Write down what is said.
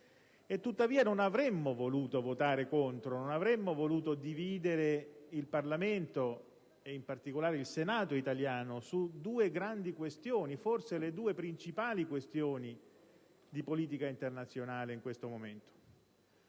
Tuttavia, non avremmo voluto votare contro, non avremmo voluto dividere il Parlamento, in particolare il Senato italiano, su due grandi questioni, forse le due principali di politica internazionale in questo momento,